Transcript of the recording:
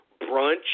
brunch